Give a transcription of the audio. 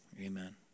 Amen